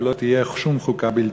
ולא תהיה שום חוקה בלתה.